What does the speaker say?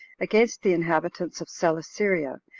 against the inhabitants of celesyria,